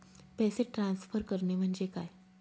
पैसे ट्रान्सफर करणे म्हणजे काय?